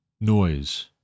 noise